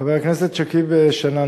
חבר הכנסת שכיב שנאן,